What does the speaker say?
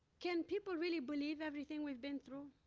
can people really believe everything we've been through?